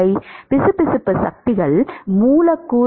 மாணவர் பிசுபிசுப்பு சக்திகள் சக்திகள் மூலக்கூறு